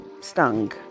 stung